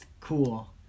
cool